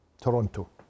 Toronto